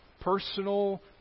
personal